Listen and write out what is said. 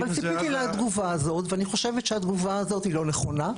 ציפיתי לתגובה הזאת ואני חושבת שהתגובה הזאת היא לא נכונה.